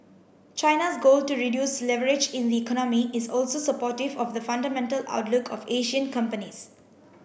China's goal to reduce leverage in the economy is also supportive of the fundamental outlook of Asian companies